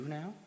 now